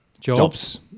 Jobs